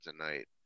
tonight